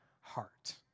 heart